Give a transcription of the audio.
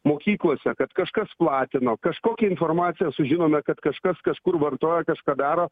mokyklose kad kažkas platino kažkokią informaciją sužinome kad kažkas kažkur vartoja kažką daro